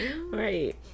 right